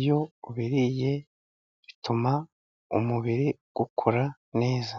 iyo ubiriye bituma umubiri ukora neza.